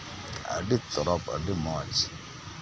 ᱟᱹᱰᱤ ᱪᱚᱨᱚᱠ ᱟᱹᱰᱤ ᱢᱚᱡᱽ